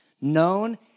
Known